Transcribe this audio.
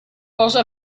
cosa